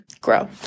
grow